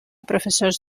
professors